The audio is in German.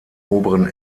oberen